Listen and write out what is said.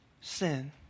sin